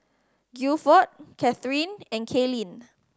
Guilford Cathryn and Kalyn